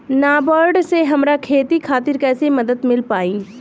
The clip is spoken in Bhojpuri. नाबार्ड से हमरा खेती खातिर कैसे मदद मिल पायी?